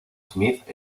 smith